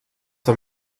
der